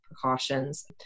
precautions